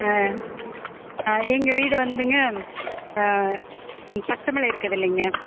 ஆ எங்கள் வீடு வந்துங்க பச்சைமலை இருக்குதுல்லிங்க